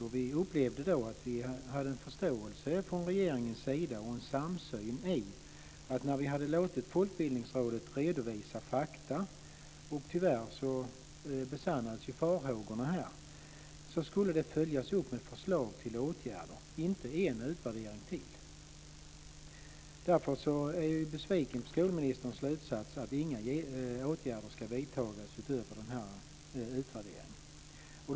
Vi upplevde då att regeringen hade förståelse för våra synpunkter och en samsyn på att när vi hade låtit Folkbildningsrådet redovisa fakta - tyvärr besannades farhågorna här - så skulle det följas upp med förslag till åtgärder, inte med en utvärdering till. Därför är jag besviken på skolministerns slutsats att inga åtgärder ska vidtas utöver utvärderingen.